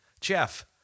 Jeff